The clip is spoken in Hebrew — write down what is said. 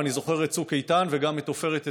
ואני זוכר את צוק איתן וגם את עופרת יצוקה,